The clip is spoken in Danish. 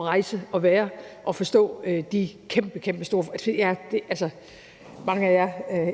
rejse og forstå de kæmpestore forskelle. Mange af jer